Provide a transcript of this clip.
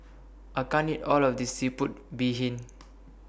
I can't eat All of This Seafood Bee Hoon